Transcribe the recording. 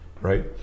right